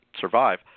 survive